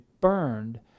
burned